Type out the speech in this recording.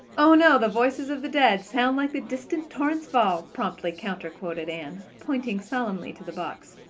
oh, no, the voices of the dead sound like the distant torrent's fall promptly counter-quoted anne, pointing solemnly to the box.